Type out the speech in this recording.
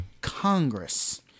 Congress